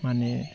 माने